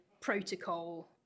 protocol